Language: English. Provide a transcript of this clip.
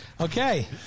Okay